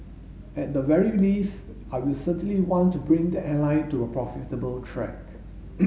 at the very least I will certainly want to bring the airline to a profitable track